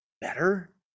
better